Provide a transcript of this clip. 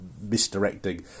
misdirecting